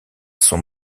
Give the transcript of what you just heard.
son